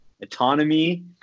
autonomy